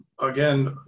Again